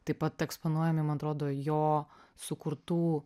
taip pat eksponuojami man atrodo jo sukurtų